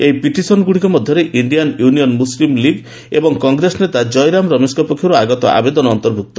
ଏହି ପିଟିସନ୍ଗୁଡ଼ିକ ମଧ୍ୟରେ ଇଣ୍ଡିଆନ୍ ୟୁନିୟନ୍ ମୁସଲିମ୍ ଲିଗ୍ ଏବଂ କଂଗ୍ରେସ ନେତା କ୍ଷୟରାମ ରମେଶଙ୍କ ପକ୍ଷରୁ ଆଗତ ଆବେଦନ ଅନ୍ତର୍ଭୁକ୍ତ